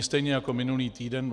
Stejně jako minulý týden.